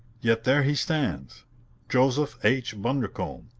yet there he stands joseph h. bundercombe,